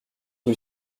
rue